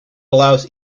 allows